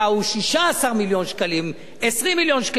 16 מיליון שקלים או 20 מיליון שקלים,